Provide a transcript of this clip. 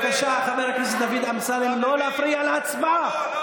בבקשה, חבר הכנסת דוד אמסלם, לא להפריע להצבעה.